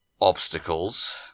...obstacles